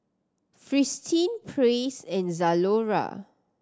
Fristine Praise and Zalora